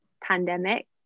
pandemic